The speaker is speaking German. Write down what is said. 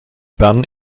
bern